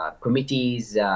committees